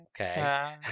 Okay